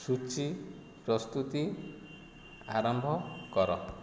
ସୂଚୀ ପ୍ରସ୍ତୁତି ଆରମ୍ଭ କର